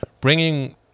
bringing